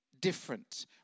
different